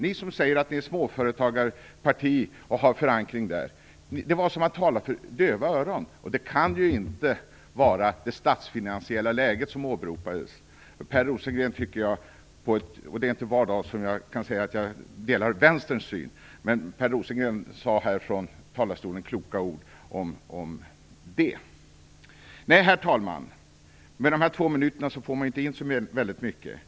Ni säger ju att ni är ett småföretagarparti och har förankring bland småföretagarna, men den gången var det som att tala för döva öron. Det kan ju inte bero på det statsfinansiella läget, som åberopades. Det är inte varje dag jag kan säga att jag delar Vänsterns syn på något, men Per Rosengren sade från talarstolen kloka ord om detta. Herr talman! På två minuter hinner man inte med så mycket.